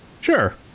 Sure